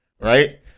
right